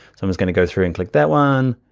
so i'm just gonna go through and click that one,